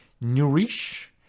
nourish